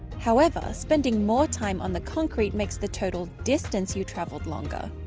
however, spending more time on the concrete makes the total distance you traveled longer.